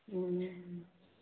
हुँ